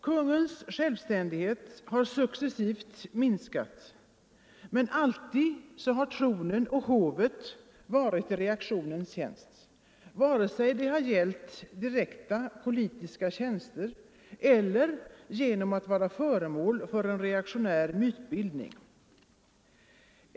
Kungens självständighet har successivt minskat, men alltid har tronen och hovet varit i reaktionens tjänst vare sig det har gällt direkta politiska tjänster eller genom att vara föremål för en reaktionär mytbildning.